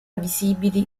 visibili